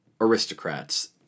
aristocrats